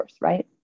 Right